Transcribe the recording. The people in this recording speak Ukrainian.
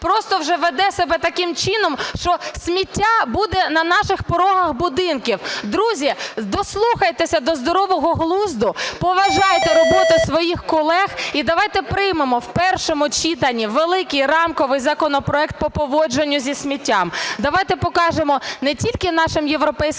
просто вже веде себе таким чином, що сміття буде на наших порогах будинків. Друзі, дослухайтеся до здорового глузду, поважайте роботу своїх колег і давайте приймемо у першому читанні великий рамковий законопроект по поводженню зі сміттям. Давайте покажемо не тільки нашим європейським